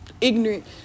ignorant